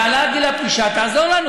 בהעלאת גיל הפרישה תעזור לנו,